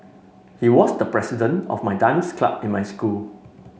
he was the president of my dance club in my school